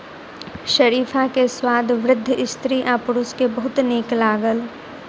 शरीफा के स्वाद वृद्ध स्त्री आ पुरुष के बहुत नीक लागल